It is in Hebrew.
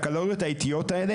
הקלוריות האיטיות האלה,